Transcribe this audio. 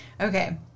Okay